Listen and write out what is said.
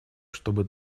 чтобы